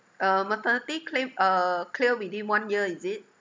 uh maternity claim uh clear within one year is it